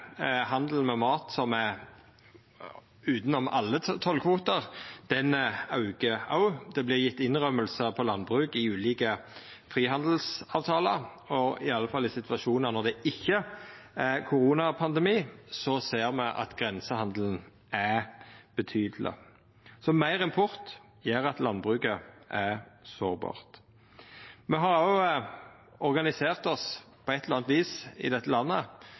med mat som er utanom alle tollkvotar, aukar også. Ein går med på å redusera krava på landbruk i ulike frihandelsavtalar, og i alle fall i situasjonar når det ikkje er koronapandemi, ser me at grensehandelen er betydeleg. Så meir import gjer at landbruket er sårbart. På eit eller anna vis har me organisert oss sånn i dette landet